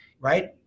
right